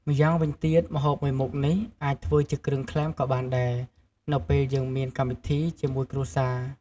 ម្យាងវិញទៀតម្ហូបមួយមុខនេះអាចធ្វើជាគ្រឿងក្លែមក៏បានដែរ នៅពេលយើងមានកម្មវិធីជាមួយគ្រួសារ។